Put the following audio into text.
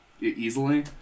easily